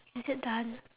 is it done